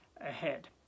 ahead